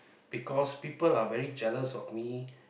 because people are very jealous of me